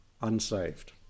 unsaved